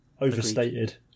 overstated